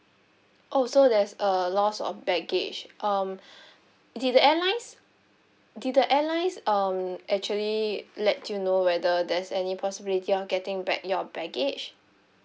oh so there's uh lost of baggage um did the airlines did the airlines um actually let you know whether there's any possibility of getting back your baggage